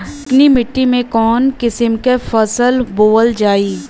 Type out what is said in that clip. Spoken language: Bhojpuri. चिकनी मिट्टी में कऊन कसमक फसल बोवल जाई?